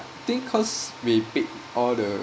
ya I think cause we pick all the